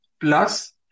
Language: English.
Plus